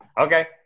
Okay